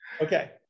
Okay